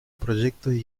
proyectos